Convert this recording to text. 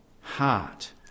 heart